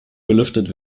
belüftet